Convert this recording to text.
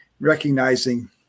recognizing